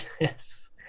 Yes